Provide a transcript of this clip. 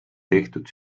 tehtud